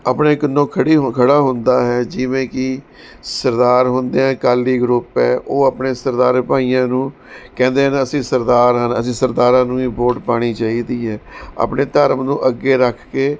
ਆਪਣੇ ਕਨੋ ਖੜ੍ਹੀ ਖੜ੍ਹਾ ਹੁੰਦਾ ਹੈ ਜਿਵੇਂ ਕਿ ਸਰਦਾਰ ਹੁੰਦੇ ਆ ਅਕਾਲੀ ਗਰੁੱਪ ਹੈ ਉਹ ਆਪਣੇ ਸਰਦਾਰ ਭਾਈਆਂ ਨੂੰ ਕਹਿੰਦੇ ਹਨ ਅਸੀਂ ਸਰਦਾਰ ਹਨ ਅਸੀਂ ਸਰਦਾਰਾਂ ਨੂੰ ਹੀ ਵੋਟ ਪਾਉਣੀ ਚਾਹੀਦੀ ਹੈ ਆਪਣੇ ਧਰਮ ਨੂੰ ਅੱਗੇ ਰੱਖ ਕੇ